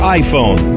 iPhone